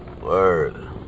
Word